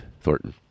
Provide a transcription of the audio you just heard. Thornton